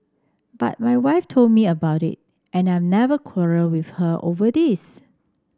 but my wife told me about it and I've never quarrelled with her over this